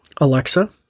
Alexa